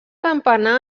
campanar